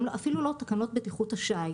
אפילו לא תקנות בטיחות השיט,